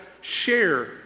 Share